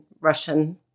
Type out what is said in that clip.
Russian